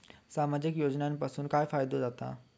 सामाजिक योजनांपासून काय फायदो जाता?